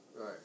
Right